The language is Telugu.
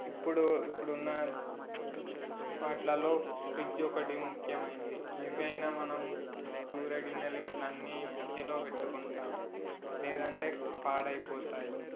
ఇప్పుడు ఇప్పుడు ఉన్న వాటిల్లో ఫ్రిడ్జ్ ఒకటి ముఖ్యమైనది ఏదైనా మనం కూర గిన్నెలు గట్రా అన్ని ఫ్రిడ్జ్లో పెట్టుకుంటాము లేదంటే పాడైపోతాయి